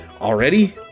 already